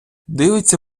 дивиться